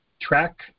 track